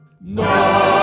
No